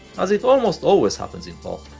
as it almost always happens in pop,